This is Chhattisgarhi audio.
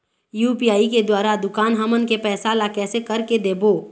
यू.पी.आई के द्वारा दुकान हमन के पैसा ला कैसे कर के देबो?